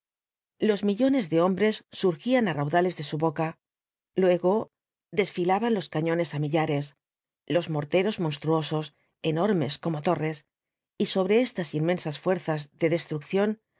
los millones de hombres surgían á raudales de su boca luego desfilaban los cañones á millares los morteros monstruosos enormes como torres y sobre stas inmensas fuerzas de destrucción